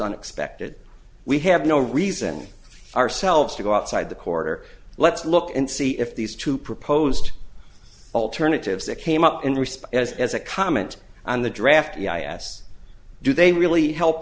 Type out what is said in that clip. unexpected we have no reason ourselves to go outside the court or let's look and see if these two proposed alternatives that came up in response as as a comment on the draft yes do they really help